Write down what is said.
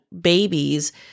babies